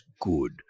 good